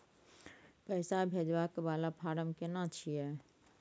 पैसा भेजबाक वाला फारम केना छिए?